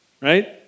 right